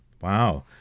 wow